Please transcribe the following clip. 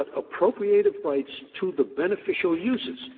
but appropriated rights to the beneficial uses,